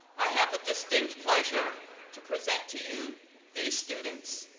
i have the distinct pleasure to present to you these students,